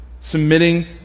Submitting